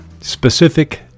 specific